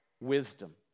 wisdom